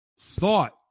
thought